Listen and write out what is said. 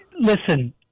Listen